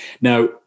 Now